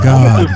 God